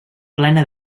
plena